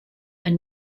and